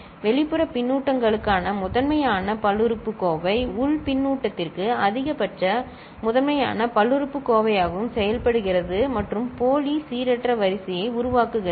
வெளிப்புற பின்னூட்டங்களுக்கான முதன்மை யான பல்லுறுப்புக்கோவை உள் பின்னூட்டத்திற்கு அதிகபட்ச முதன்மையான பல்லுறுப்புக்கோவையாகவும் செயல்படுகிறது மற்றும் போலி சீரற்ற வரிசையை உருவாக்குகிறது